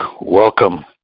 Welcome